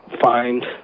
find